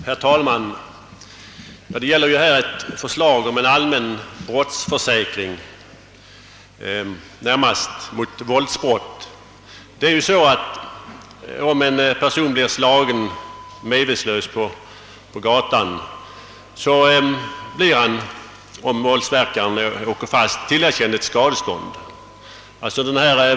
Herr talman! Den nu föreliggande frågan gäller ett förslag om en allmän brottsförsäkring, närmast mot våldsbrott. Om en person blir slagen medvetslös på gatan, så blir han, om våldsverkaren åker fast, tillerkänd ett skadestånd.